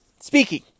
speaking